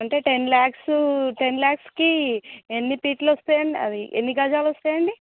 అంటే ten lakhs ten లాక్స్కి ఎన్ని ఫీట్లు వస్తాయండి అవి ఎన్ని గజాలు వస్తాయండి